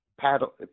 paddle